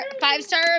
five-star